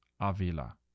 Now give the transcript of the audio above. Avila